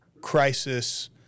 crisis